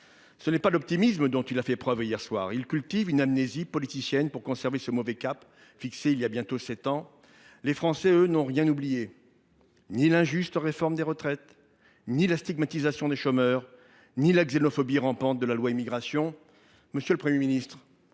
Ce n’est pas d’optimisme dont il a fait preuve hier soir : il cultive une amnésie politicienne pour conserver le mauvais cap qu’il a fixé voilà bientôt sept ans. Quant aux Français, ils n’ont rien oublié : ni l’injuste réforme des retraites, ni la stigmatisation des chômeurs, ni la xénophobie rampante de la loi Immigration. Monsieur le Premier ministre,